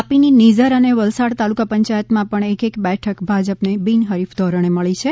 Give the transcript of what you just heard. તાપી ની નિઝર અને વલસાડ તાલુકા પંચાયત માં પણ એક એક બેઠક ભાજપ ને બિનહરીફ ધોરણે મળી છે